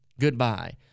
goodbye